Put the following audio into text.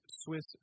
Swiss